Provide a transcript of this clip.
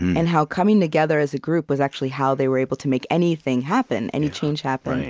and how coming together as a group was actually how they were able to make anything happen, any change happen.